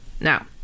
Now